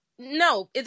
No